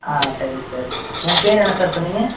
ah thank you sir உங்கள் பெயர் என்ன சார் சொன்னீங்க